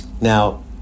Now